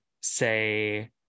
say